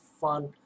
fun